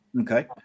Okay